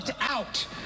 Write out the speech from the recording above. out